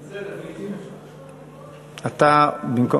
אתה במקום,